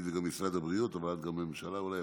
יגיד את זה משרד הבריאות אבל גם הממשלה אולי יכולה: